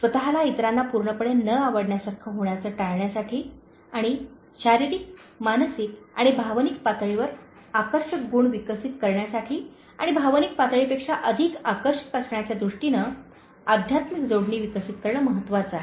स्वतला इतरांना पूर्णपणे न आवडण्यासारखे होण्याचे टाळण्यासाठी आणि शारीरिक मानसिक आणि भावनिक पातळीवर आकर्षक गुण विकसित करण्यासाठी आणि भावनिक पातळीपेक्षा अधिक आकर्षक असण्याच्या दृष्टीने आध्यात्मिक जोडणी विकसित करणे महत्वाचे आहे